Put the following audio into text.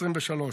באוגוסט 2023,